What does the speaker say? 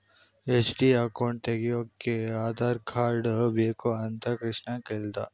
FD account ತೆಗೆಯೋಕೆ Aadhaar card ಬೇಕು ಅಂತ ಕೃಷ್ಣ ಕೇಳ್ದ